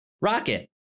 Rocket